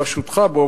בראשותך,